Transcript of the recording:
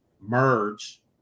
merge